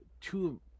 two